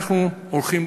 אנחנו הולכים